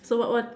so what what